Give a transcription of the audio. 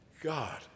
God